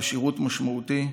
לשירות משמעותי,